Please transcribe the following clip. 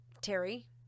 Terry